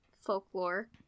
folklore